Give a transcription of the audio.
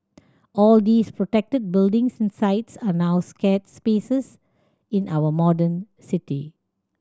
all these protected buildings and sites are our sacred spaces in our modern city